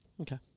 Okay